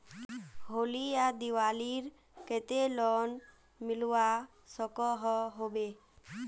होली या दिवालीर केते लोन मिलवा सकोहो होबे?